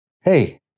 Hey